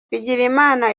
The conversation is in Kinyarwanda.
bigirimana